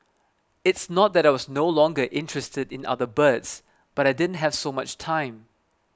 it's not that I was no longer interested in other birds but I didn't have so much time